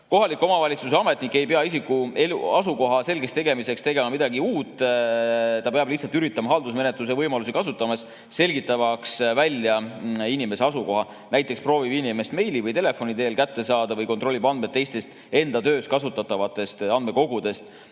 Kohaliku omavalitsuse ametnik ei pea isiku asukoha selgeks tegemiseks tegema midagi uut, ta peab lihtsalt üritama haldusmenetluse võimalusi kasutades välja selgitada inimese asukoha, näiteks proovima inimest meili või telefoni teel kätte saada või kontrollima andmeid teistest enda töös kasutatavatest andmekogudest.